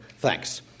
thanks